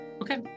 Okay